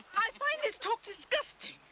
i find this talk disgusting.